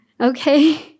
Okay